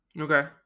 Okay